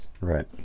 Right